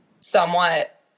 somewhat